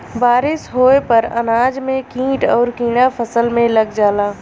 बारिस होये पर अनाज में कीट आउर कीड़ा फसल में लग जाला